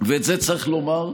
ואת זה צריך לומר,